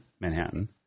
Manhattan